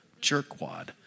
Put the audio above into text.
jerkwad